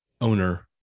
owner